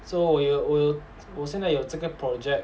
so 我有我有我现在有这个 project